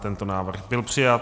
Tento návrh byl přijat.